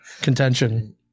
contention